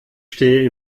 stehe